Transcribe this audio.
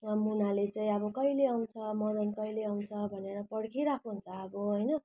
मुनाले चाहिँ अब कहिले आउँछ मदन कहिले आउँछ भनेर पर्खिरहेको हुन्छ अब होइन